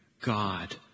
God